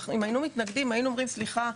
אם היינו מתנגדים, היינו אומרים: סליחה,